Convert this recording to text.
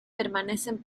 permanecen